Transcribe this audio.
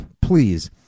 please